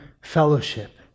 fellowship